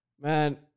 Man